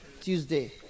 Tuesday